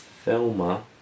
Thelma